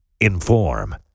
inform